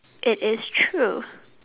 it is true